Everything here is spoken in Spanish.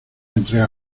entrega